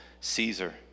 Caesar